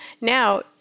now